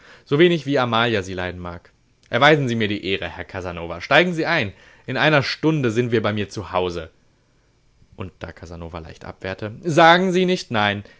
so wenig wie amalia sie leiden mag erweisen sie mir die ehre herr casanova steigen sie ein in einer stunde sind wir bei mir zu hause und da casanova leicht abwehrte sagen sie nicht nein